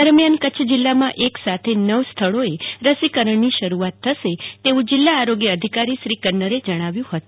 દરમ્યાન કરછ જીલ્લા એક સાથે નવ સ્થળે રસીકરણની સરુઆત થશે તેવું જીલ્લા આરોગ્ય અધિકારી શ્રી ક્ન્નરે જણાવ્યું હતું